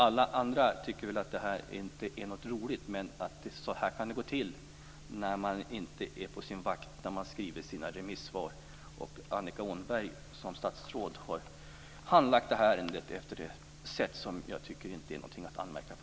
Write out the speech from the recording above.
Alla andra tycker väl att det här inte är något roligt, men så här kan det gå till när man inte är på sin vakt när man skriver sina remissvar. Annika Åhnberg har som statsråd handlagt det här ärendet på ett sätt som jag inte tycker att det finns något att anmärka på.